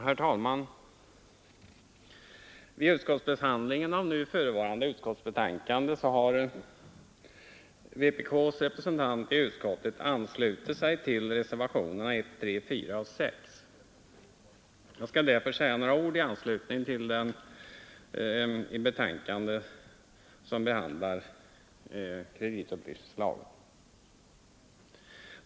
Herr talman! Vid utskottsbehandlingen av nu förevarande betänkande har vpk:s representant i utskottet anslutit sig till reservationerna 1, 3, 4 och 6. Jag skall därför säga några ord i anslutning till den i betänkandet föreslagna lagen om kreditupplysning.